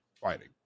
fighting